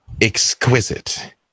exquisite